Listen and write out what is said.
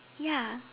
ya